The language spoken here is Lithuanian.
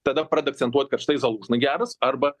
tada pradeda akcentuot kad štai zalužno geras arba